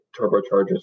turbochargers